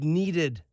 needed